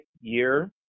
year